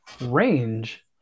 range